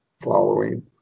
following